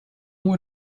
more